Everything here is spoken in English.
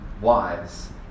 wives